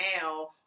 now